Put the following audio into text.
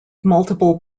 multiple